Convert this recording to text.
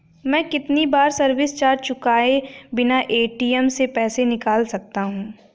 मैं कितनी बार सर्विस चार्ज चुकाए बिना ए.टी.एम से पैसे निकाल सकता हूं?